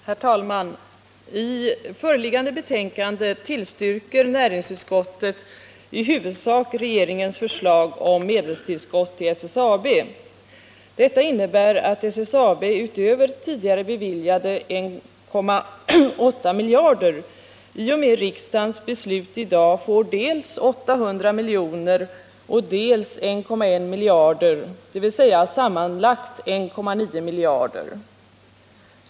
Herr talman! I föreliggande betänkande tillstyrker näringsutskottet i huvudsak regeringens förslag om medelstillskott till SSAB. Detta innebär att SSAB utöver tidigare beviljade 1,8 miljarder i och med riksdagens beslut i dag får dels 800 miljoner, dels 1,1 miljarder, dvs. sammanlagt 1,9 miljarder.